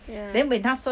ya